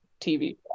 TV